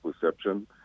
perception